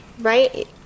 right